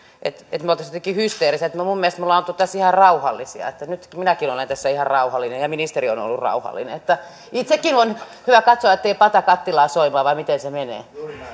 että me olisimme jotenkin hysteerisiä minun mielestäni me olemme olleet tässä ihan rauhallisia nyt minäkin olen tässä ihan rauhallinen ja ministeri on on ollut rauhallinen itsekin on hyvä katsoa ettei pata kattilaa soimaa vai miten se menee